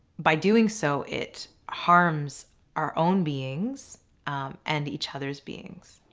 by doing so it harms our own beings and each others beings.